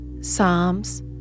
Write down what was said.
Psalms